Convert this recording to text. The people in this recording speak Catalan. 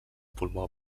pulmó